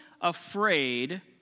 afraid